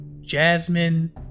Jasmine